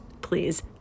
Please